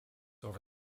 over